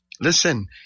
listen